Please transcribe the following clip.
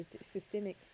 systemic